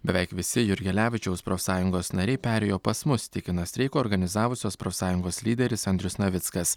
beveik visi jurgelevičiaus profsąjungos nariai perėjo pas mus tikina streiką organizavusios profsąjungos lyderis andrius navickas